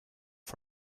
for